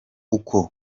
uko